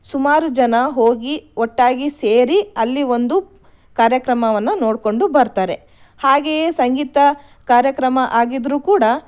ಸುಮಾರು ಜನ ಹೋಗಿ ಒಟ್ಟಾಗಿ ಸೇರಿ ಅಲ್ಲಿ ಒಂದು ಕಾರ್ಯಕ್ರಮವನ್ನು ನೋಡಿಕೊಂಡು ಬರ್ತಾರೆ ಹಾಗೆಯೇ ಸಂಗೀತ ಕಾರ್ಯಕ್ರಮ ಆಗಿದ್ದರೂ ಕೂಡ